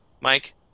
Mike